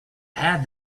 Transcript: add